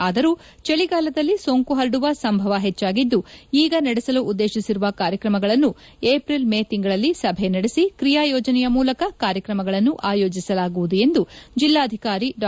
ಆದರೂ ಚಳಿಗಾಲದಲ್ಲಿ ಸೋಂಕು ಹರಡುವ ಸಂಭವ ಹೆಚ್ಚಾಗಿದ್ದು ಈಗ ನಡೆಸಲು ಉದ್ದೇಶಿರುವ ಕಾರ್ಯಕ್ರಮಗಳನ್ನು ಏಪ್ರಿಲ್ ಮೇ ತಿಂಗಳಲ್ಲಿ ಸಭೆ ನಡೆಸಿ ಕ್ರಿಯಾ ಯೋಜನೆಯ ಮೂಲಕ ಕಾರ್ಯಕ್ರಮಗಳನ್ನು ಆಯೋಜಿಸಲಾಗುವುದು ಎಂದು ಜಿಲ್ಲಾಧಿಕಾರಿ ಡಾ